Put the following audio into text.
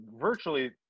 virtually